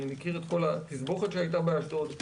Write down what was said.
אני מכיר את כל התסבוכת שהיתה באשדוד,